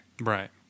Right